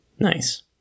Nice